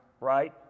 right